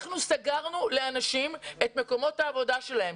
אנחנו סגרנו לאנשים את מקומות העבודה שלהם.